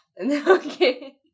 Okay